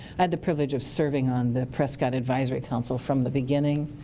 i had the privilege of serving on the prescott advisory council. from the beginning,